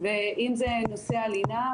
ואם זה נושא הלינה,